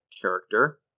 character